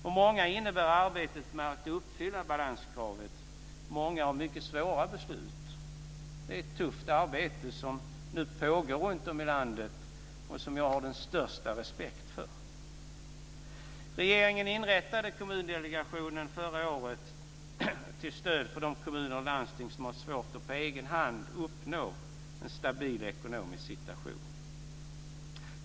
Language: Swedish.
För många innebär arbetet med att uppfylla balanskravet många och mycket svåra beslut. Det är ett tufft arbete som nu pågår runtom i landet och som jag har den största respekt för. Regeringen inrättade kommundelegationen förra året till stöd för de kommuner och landsting som har svårt att på egen hand uppnå en stabil ekonomisk situation.